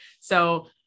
So-